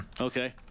Okay